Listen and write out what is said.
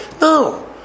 No